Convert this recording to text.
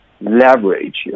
leverage